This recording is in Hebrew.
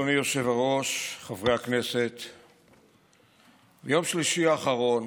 אדוני היושב-ראש, ביום שלישי האחרון